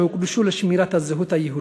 הוקדשו לשמירת הזהות היהודית,